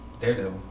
Daredevil